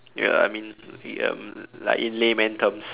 ya I mean um like in layman terms